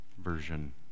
version